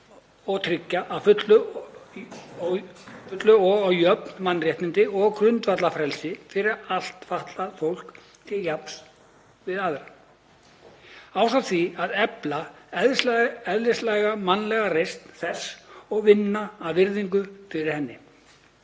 og tryggja full og jöfn mannréttindi og grundvallarfrelsi fyrir allt fatlað fólk til jafns við aðra, ásamt því að efla eðlislæga mannlega reisn þess og vinna að virðingu fyrir henni.